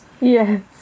Yes